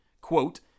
quote